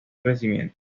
crecimiento